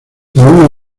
ninguna